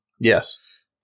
yes